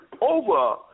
over